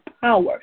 power